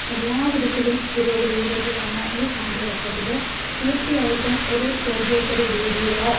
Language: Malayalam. എല്ലാ വിധത്തിലും പുരോഗതിയിലേക്ക് വന്ന ഈ കാലഘട്ടത്തിൽ തീർച്ചയായിട്ടും ഒരു ചോദ്യോത്തര രീതികളോ